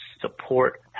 support